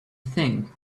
thing